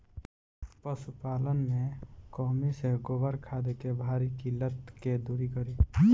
पशुपालन मे कमी से गोबर खाद के भारी किल्लत के दुरी करी?